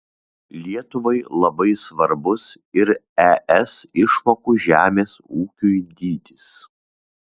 lietuvai labai svarbus ir es išmokų žemės ūkiui dydis